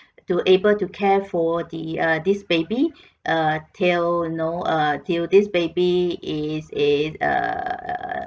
to able to care for the uh this baby uh till you know uh till this baby is is err